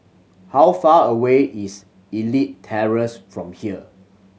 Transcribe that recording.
how far away is Elite Terrace from here